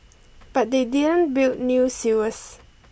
but they didn't build new sewers